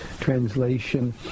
translation